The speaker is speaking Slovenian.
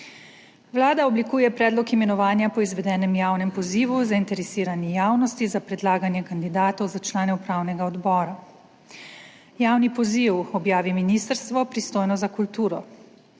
Vlada oblikuje predlog imenovanja po izvedenem javnem pozivu zainteresirani javnosti za predlaganje kandidatov za člane upravnega odbora. Javni poziv objavi ministrstvo, pristojno za kulturo.